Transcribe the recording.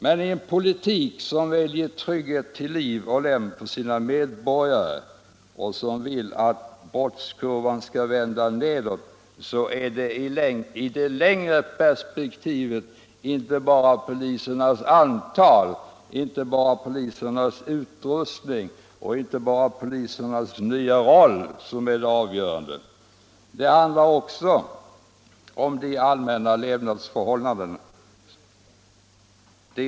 Men i en politik som vill skapa trygghet till liv och lem för sina medborgare och som vill få brottskurvan att vända nedåt är det i det längre perspektivet inte bara polisernas antal, utrustning och nya roll som är det avgörande. Det handlar också om de allmänna förhållanden som råder i vårt samhälle.